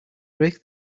rake